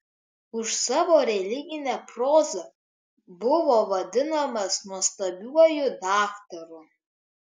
už savo religinę prozą buvo vadinamas nuostabiuoju daktaru